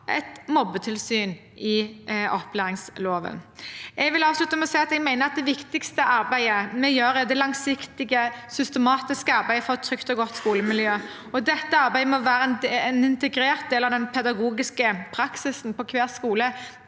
et mobbetilsyn, gjennom opplæringsloven. Jeg vil avslutte med å si at jeg mener at det viktigste arbeidet vi gjør, er det langsiktige, systematiske arbeidet for et trygt og godt skolemiljø. Dette arbeidet må være en integrert del av den pedagogiske praksisen hver eneste